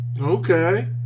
Okay